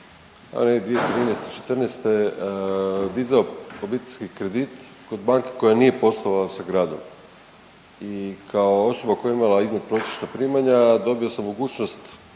2013.-'14. dizao policijski kredit kod banke koja nije poslovala sa gradom i kao osoba koja je imala iznadprosječna primanja dobio sam mogućnost